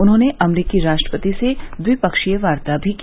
उन्होंने अमरीकी राष्ट्रपति से द्विपक्षीय वार्ता भी की